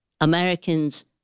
Americans